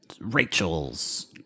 Rachel's